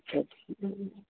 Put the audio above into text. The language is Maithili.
अच्छा